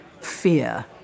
fear